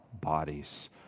bodies